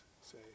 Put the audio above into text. say